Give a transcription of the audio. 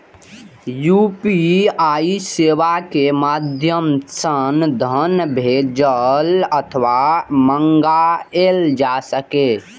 UPI सेवा के माध्यम सं धन भेजल अथवा मंगाएल जा सकैए